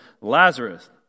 Lazarus